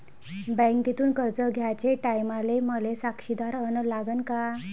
बँकेतून कर्ज घ्याचे टायमाले मले साक्षीदार अन लागन का?